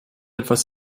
etwas